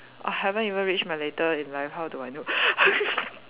I haven't even reach my later in life how do I know